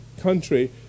country